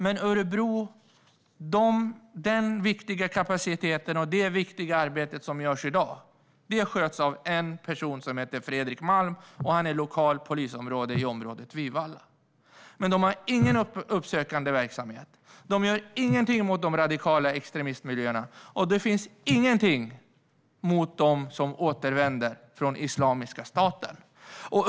Men det viktiga arbete som görs där i dag sköts av en person som heter Fredrik Malm, och han är lokalpolis i området Vivalla. Men de har ingen uppsökande verksamhet. De gör ingenting åt de radikala extremistmiljöerna. Och det finns inga åtgärder mot dem som återvänder från Islamiska staten.